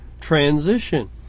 transition